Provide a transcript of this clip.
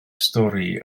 stori